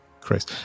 chris